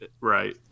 right